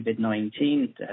COVID-19